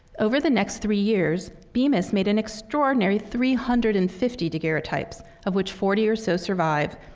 over the next three years, bemis made an extraordinary three hundred and fifty daguerreotypes, of which forty or so survive,